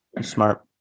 smart